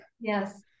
Yes